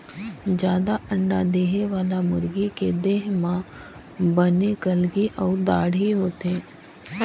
जादा अंडा देहे वाला मुरगी के देह म बने कलंगी अउ दाड़ी होथे